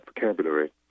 vocabulary